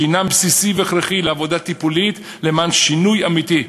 שהם בסיסיים והכרחיים לעבודה טיפולית למען שינוי אמיתי.